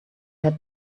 had